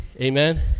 Amen